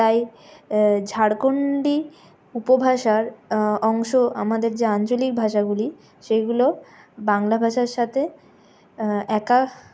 তাই ঝাড়খণ্ডী উপভাষার অংশ আমাদের যে আঞ্চলিক ভাষাগুলি সেইগুলো বাংলা ভাষার সাথে একা